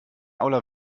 aula